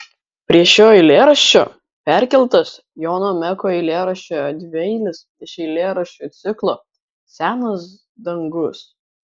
prie šio eilėraščio perkeltas jono meko eilėraščio dvieilis iš eilėraščių ciklo senas dangus